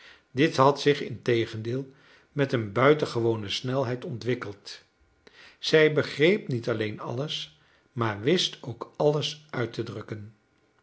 dit had zich integendeel met een buitengewone snelheid ontwikkeld zij begreep niet alleen alles maar wist ook alles uit te drukken